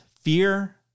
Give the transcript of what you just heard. fear